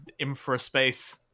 infraspace